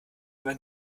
wenn